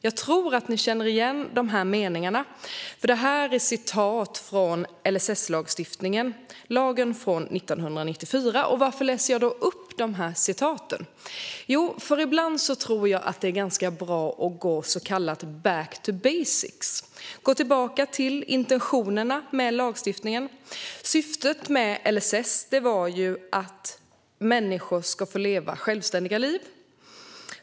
Jag tror att ni känner igen de här meningarna, för de kommer från LSS-lagstiftningen från 1994. Varför läser jag då upp dem? Jo, för ibland tror jag att det är ganska bra att så att säga gå back to basics, alltså gå tillbaka till intentionerna med lagstiftningen. Syftet med LSS var att människor ska få leva ett självständigt liv.